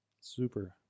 super